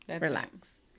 Relax